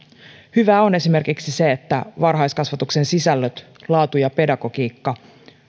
hyvää on esimerkiksi se että varhaiskasvatuksen sisällöt laatu ja pedagogiikka